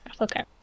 Okay